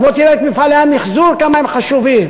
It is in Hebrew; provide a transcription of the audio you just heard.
תבוא תראה את מפעלי המיחזור כמה הם חשובים,